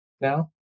now